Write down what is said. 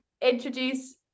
introduce